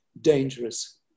dangerous